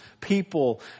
people